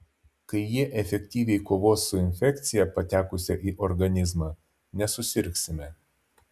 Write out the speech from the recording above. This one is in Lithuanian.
kai jie efektyviai kovos su infekcija patekusia į organizmą nesusirgsime